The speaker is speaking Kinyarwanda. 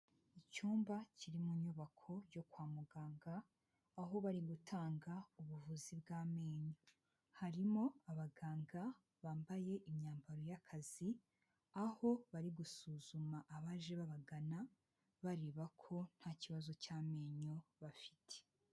Icyumba kiri mu nyubako yo kwa muganga, aho bari gutanga ubuvuzi bw'amenyo. Harimo abaganga bambaye imyambaro y'akazi, aho bari gusuzuma abaje babagana, bareba ko nta kibazo cy'amenyo bafite.